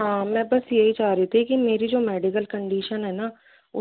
हाँ मैं बस यही चाह रही थी कि मेरी जो मेडिकल कंडिशन है ना